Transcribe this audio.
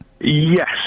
Yes